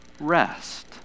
rest